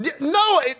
No